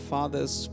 Father's